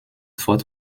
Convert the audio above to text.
fort